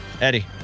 Eddie